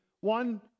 one